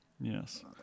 Yes